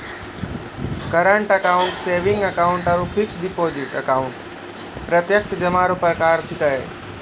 current account saving account आरु fix deposit account प्रत्यक्ष जमा रो प्रकार छिकै